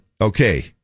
okay